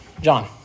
John